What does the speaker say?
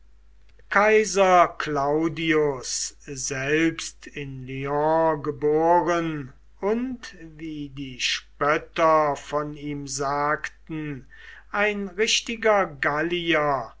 kaiser claudius selbst in lyon geboren und wie die spötter von ihm sagten ein richtiger gallier